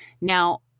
Now